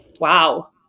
wow